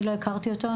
אני לא הכרתי אותו,